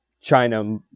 China